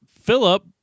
Philip